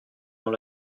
dans